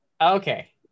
okay